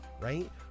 right